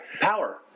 Power